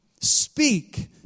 speak